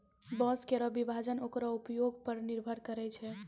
बांसों केरो विभाजन ओकरो उपयोग पर निर्भर करै छै